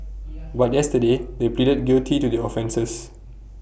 but yesterday they pleaded guilty to their offences